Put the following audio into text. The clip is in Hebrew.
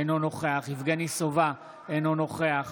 אינו נוכח